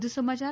વધુ સમાયાર